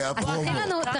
כל